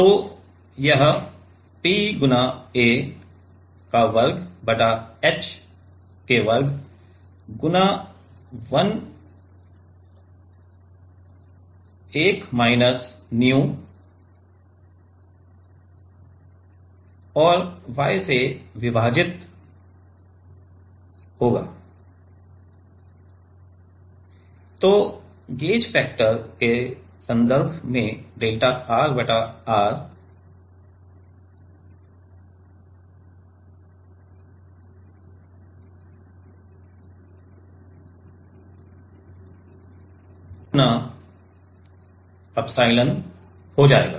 तो यह P गुणा a वर्ग बटा h वर्ग गुणा 1 माइनस nu Y से विभाजित कर देता है तो गेज फैक्टर के संदर्भ में डेल्टा R बटा R गेज फैक्टर के संदर्भ में g गुणा एप्सिलॉन हो जाएगा